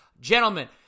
gentlemen